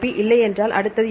இல்லை என்றால் அடுத்தது என்ன